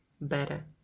better